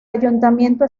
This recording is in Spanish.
ayuntamiento